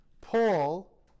Paul